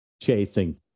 chasing